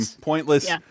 pointless